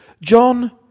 John